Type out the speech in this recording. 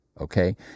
Okay